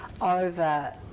over